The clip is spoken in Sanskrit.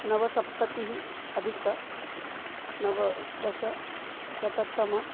नवसप्ततिः अधिकनवदशशततम